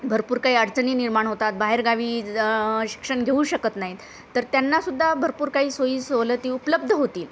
भरपूर काही अडचणी निर्माण होतात बाहेरगावी ज शिक्षण घेऊ शकत नाहीत तर त्यांनासुद्धा भरपूर काही सोयी सवलती उपलब्ध होतील